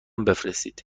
بفرستید